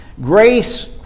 Grace